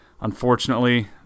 unfortunately